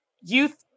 youth